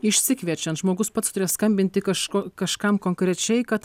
išsikviečiant žmogus pats turi skambinti kažko kažkam konkrečiai kad